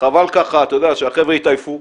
וחבל ככה שהחבר'ה יתעייפו,